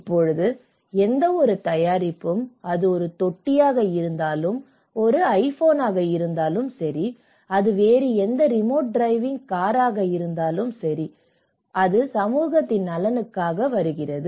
இப்போது எந்தவொரு தயாரிப்பும் அது ஒரு தொட்டியாக இருந்தாலும் அது ஒரு ஐபோனாக இருந்தாலும் சரி அது வேறு எந்த ரிமோட் டிரைவிங் காராக இருந்தாலும் சரி அது சமூகத்தின் நலனுக்காக வருகிறது